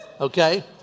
okay